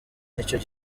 nicyo